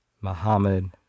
Muhammad